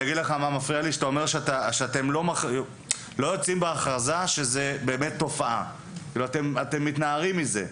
מפריע לי שאתם לא יוצאים בהכרזה שזו באמת תופעה אלא אתם מתנערים מזה.